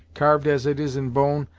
carved as it is in bone,